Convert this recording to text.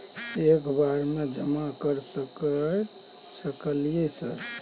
एक बार में जमा कर सके सकलियै सर?